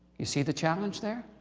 you see the challenge there?